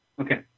Okay